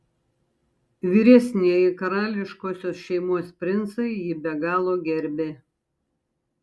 vyresnieji karališkosios šeimos princai jį be galo gerbė